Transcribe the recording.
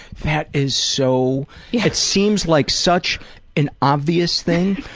that is so it seems like such an obvious thing,